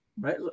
right